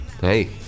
Hey